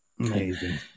Amazing